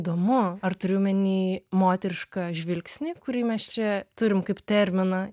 įdomu ar turi omeny moterišką žvilgsnį kurį mes čia turim kaip terminą